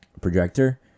projector